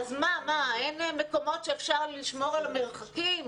אין מקומות שאפשר לשמור בהם על המרחקים?